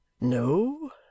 No